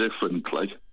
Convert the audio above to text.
differently